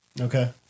Okay